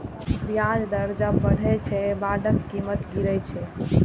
ब्याज दर जब बढ़ै छै, बांडक कीमत गिरै छै